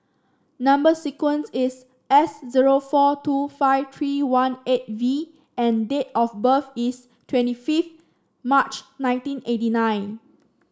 number sequence is S zero four two five three one eight V and date of birth is twenty five March nineteen eighty nine